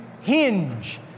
hinge